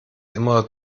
immer